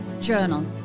Journal